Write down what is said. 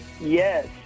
Yes